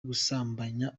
gusambanya